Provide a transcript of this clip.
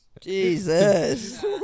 Jesus